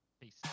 Peace